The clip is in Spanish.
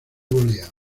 volea